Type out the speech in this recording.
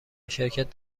شرکت